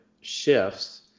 shifts